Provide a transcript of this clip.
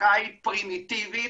ארכאית פרימיטיבית,